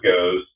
goes